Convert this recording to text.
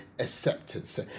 Acceptance